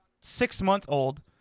six-month-old